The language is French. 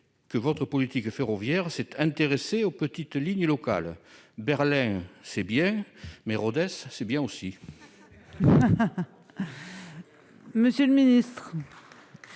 que votre politique ferroviaire s'est intéressé aux petites lignes locales Berlin c'est bien mais Rodez, c'est bien aussi. Monsieur le Ministre.